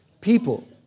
people